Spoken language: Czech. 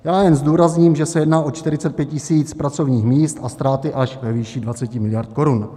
Já jen zdůrazním, že se jedná o 45 tisíc pracovních míst a ztráty až ve výši 20 miliard korun.